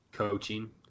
Coaching